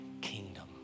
kingdom